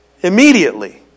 Immediately